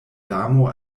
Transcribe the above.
damo